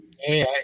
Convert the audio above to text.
Hey